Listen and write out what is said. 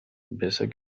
besser